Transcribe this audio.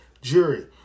jury